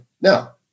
Now